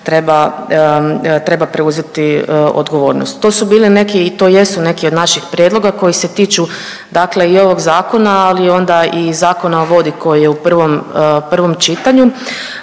treba preuzeti odgovornost. To su bili neki i to jesu neki od naših prijedloga koji se tiču, dakle i ovog zakona, ali onda i Zakona o vodi koji je u prvom čitanju.